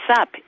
up